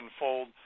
unfold